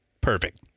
perfect